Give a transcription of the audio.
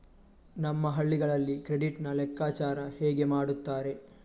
ನಮ್ಮ ಹಳ್ಳಿಗಳಲ್ಲಿ ಕ್ರೆಡಿಟ್ ನ ಲೆಕ್ಕಾಚಾರ ಹೇಗೆ ಮಾಡುತ್ತಾರೆ?